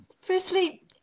Firstly